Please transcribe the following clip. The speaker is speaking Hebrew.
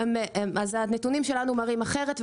הנתונים שלנו מראים אחרת.